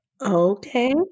Okay